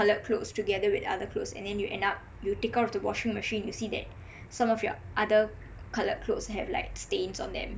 clothes together with other clothes and then you end up when you take out of the washing machine you see that some of your other coloured clothes have like stains on them